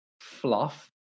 fluff